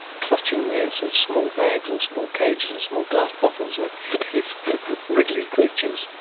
clutching their so small bags or small cages or small glass bottles with these wriggly creatures?